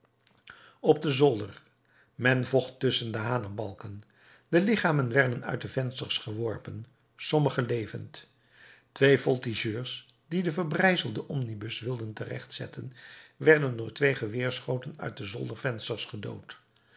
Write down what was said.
op den zolder men vocht tusschen de hanebalken de lichamen werden uit de vensters geworpen sommige levend twee voltigeurs die den verbrijzelden omnibus wilden terecht zetten werden door twee geweerschoten uit de zoldervensters gedood